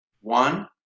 One